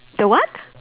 the what